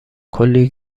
کلی